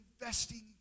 investing